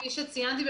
כפי שציינתי,